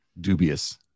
dubious